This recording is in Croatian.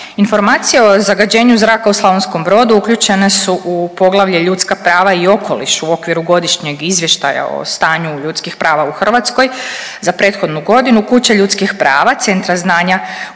Informacija o zagađenju zraka u Slavonskom Brodu uključene su u poglavlje Ljudska prava i okoliš u okviru Godišnjeg izvještaja o stanju ljudskih prava u Hrvatskoj za prethodnu godinu, kuća ljudskih prava, centra znanja u